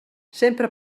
sempre